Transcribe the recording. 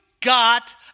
got